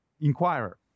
inquirer